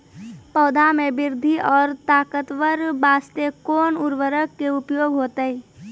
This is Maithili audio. पौधा मे बृद्धि और ताकतवर बास्ते कोन उर्वरक के उपयोग होतै?